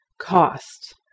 cost